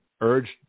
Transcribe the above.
urged